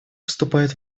вступает